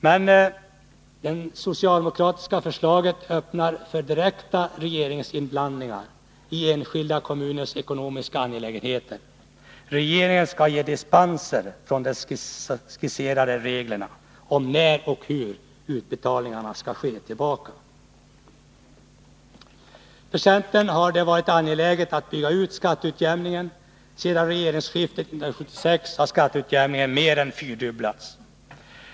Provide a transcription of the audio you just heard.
Men det socialdemokratiska förslaget öppnar för direkt regeringsinblandningi enskilda kommuners ekonomiska angelägenheter. Regeringen skall ge dispenser från de skisserade reglerna om när och hur återbetalningarna skall ske. För centern har det varit angeläget att bygga ut skatteutjämningen. Sedan regeringsskiftet 1976 har de belopp som fördelas genom skatteutjämning mer än fyrdubblats.